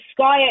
sky